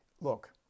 Look